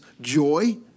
joy